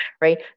right